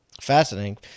Fascinating